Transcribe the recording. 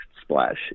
splash